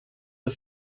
the